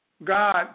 God